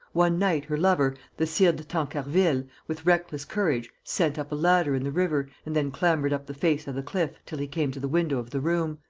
one night, her lover, the sire de tancarville, with reckless courage, set up a ladder in the river and then clambered up the face of the cliff till he came to the window of the room.